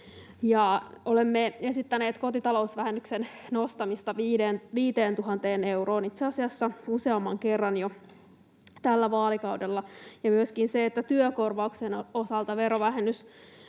Olemme esittäneet kotitalousvähennyksen nostamista 5 000 euroon itse asiassa jo useamman kerran tällä vaalikaudella, ja myöskin sitä, että työkorvauksen osalta verovähennysoikeus